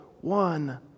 one